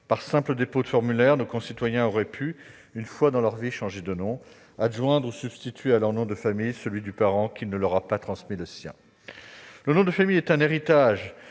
Par simple dépôt de formulaire, nos concitoyens auraient pu, une fois dans leur vie, changer de nom, adjoindre ou substituer à leur nom de famille celui du parent qui ne leur a pas transmis le sien. Le nom de famille est un héritage.